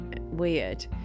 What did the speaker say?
weird